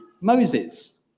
Moses